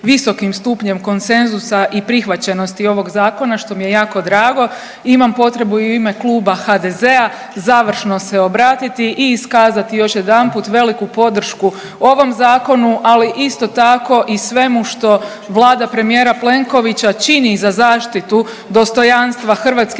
visokim stupnjem konsenzusa i prihvaćenosti ovog zakona što mi je jako drago imam potrebu i u ime kluba HDZ-a završno se obratiti i iskazati još jedanput veliku podršku ovom zakonu, ali isto tako i svemu što Vlada premijera Plenkovića čini za zaštitu dostojanstva Hrvatskih